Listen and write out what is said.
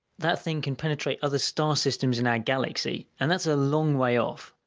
that thing can penetrate other star systems in our galaxy. and that's a long way off!